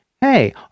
hey